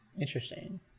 Interesting